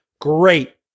great